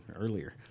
earlier